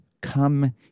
come